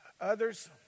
others